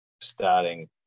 Starting